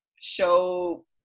show